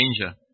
danger